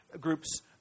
group's